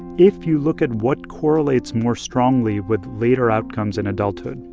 if you look at what correlates more strongly with later outcomes in adulthood,